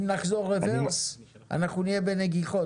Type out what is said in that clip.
אם נחזור רברס אנחנו נהיה בנגיחות,